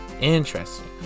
Interesting